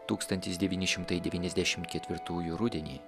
tūkstantis devyni šimtai devyniasdešim ketvirtųjų rudenį